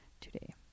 today